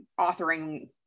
authoring